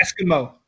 Eskimo